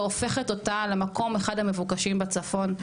והופכת אותה למקום אחד המבוקשים בצפון,